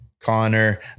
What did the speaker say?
Connor